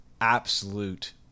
absolute